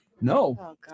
No